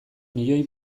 milioi